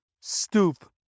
stoop